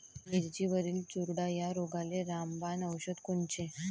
मिरचीवरील चुरडा या रोगाले रामबाण औषध कोनचे?